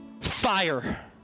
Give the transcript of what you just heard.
Fire